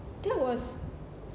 that was